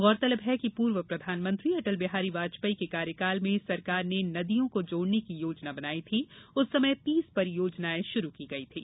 गौरतलब है कि पूर्व प्रधानमंत्री अटल बिहारी वाजपेयी के कार्यकाल में सरकार ने नदियों को जोड़ने की योजना बनाई थी उस समय तीस परियोजनाएं शुरू की गई थी